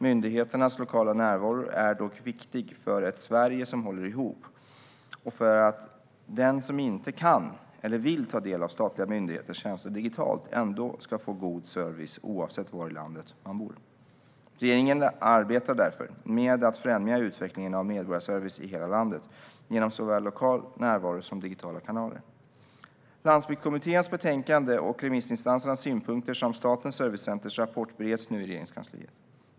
Myndigheternas lokala närvaro är dock viktig för ett Sverige som håller ihop och för att den som inte kan eller vill ta del av statliga myndigheters tjänster digitalt ändå ska få god service oavsett var i landet man bor. Regeringen arbetar därför med att främja utvecklingen av medborgarservice i hela landet genom såväl lokal närvaro som digitala kanaler. Landsbygdskommitténs betänkande och remissinstansernas synpunkter samt Statens servicecenters rapport bereds nu i Regeringskansliet.